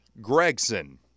Gregson